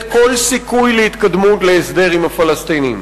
כל סיכוי להתקדמות להסדר עם הפלסטינים,